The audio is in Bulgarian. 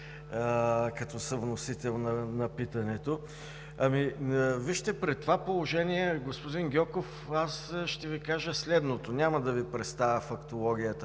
като съвносител на питането! При това положение, господин Гьоков, аз ще Ви кажа следното. Няма да Ви представя фактологията